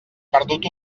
perdut